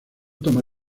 toma